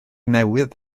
newydd